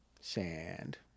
Sand